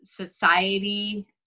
society